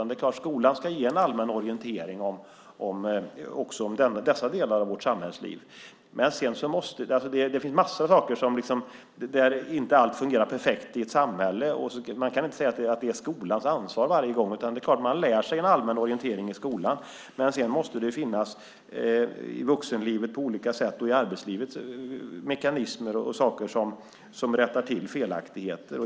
Det är klart att skolan ska ge en allmän orientering också om dessa delar av vårt samhällsliv, men det finns massor av saker som inte fungerar perfekt i ett samhälle, och man kan inte säga att det är skolans ansvar varje gång. Man lär sig en allmän orientering i skolan, men sedan måste det i vuxenlivet på olika sätt och i arbetslivet finnas mekanismer och saker som rättar till felaktigheter.